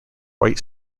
white